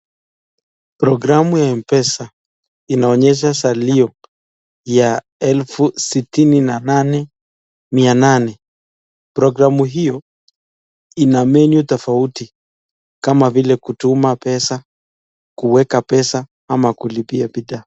Programu ya mpesa , inaonyesha salio ya elfu sitini na nane mia nane, programu hio ina menu tofauti kama vile kutuma pesa, kuweka pesa, na kulipa bidhaa.